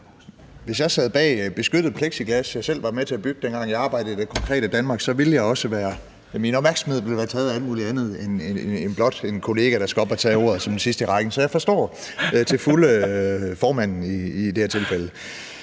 Hvis jeg sad bag beskyttende plexiglas, som jeg i øvrigt selv var med til at bygge, dengang jeg arbejdede i det konkrete Danmark, ville min opmærksomhed også være optaget af alt muligt andet end blot en kollega, der skal op at tage ordet som den sidste i rækken. Så jeg forstår til fulde formanden i det her tilfælde.